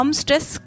stress